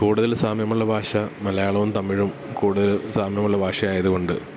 കൂടുതല് സാമ്യമുള്ള ഭാഷ മലയാളവും തമിഴും കൂടുതല് സാമ്യമുള്ള ഭാഷയായത് കൊണ്ട്